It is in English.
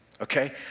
Okay